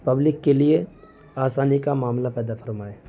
public کے لیے آسانی کا معاملہ پیدا فرمائے